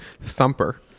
thumper